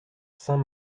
saint